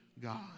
God